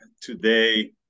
today